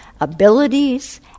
abilities